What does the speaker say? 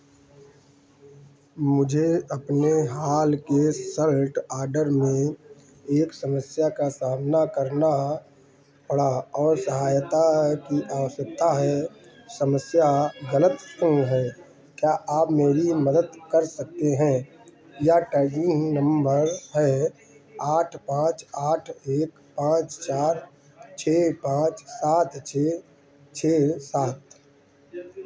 मुझे अपने हाल के सर्ट ऑर्डर में एक समस्या का सामना करना पड़ा और सहायता की आवश्यकता है समस्या गलत रंग है क्या आप मेरी मदद कर सकते हैं यह ट्रैकिंग नंबर है आठ पाँच आठ एक पाँच चार छः पाँच सात छः छः सात